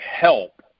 help